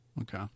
Okay